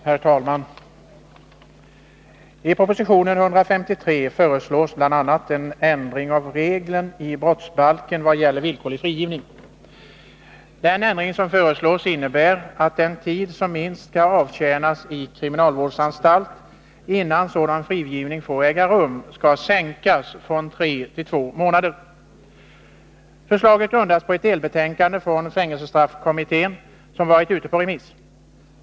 Herr talman! I proposition 1981/82:153 föreslås bl.a. en ändring av regeln i brottsbalken i vad gäller villkorlig frigivning. Den ändring som föreslås innebär att den tid som minst skall avtjänas i kriminalvårdsanstalt innan sådan frigivning får äga rum avkortas från tre till två månader. Förslaget grundas på ett delbetänkande från fängelsestraffkommittén, vilket varit ute på remiss.